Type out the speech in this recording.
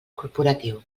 corporatiu